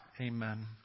Amen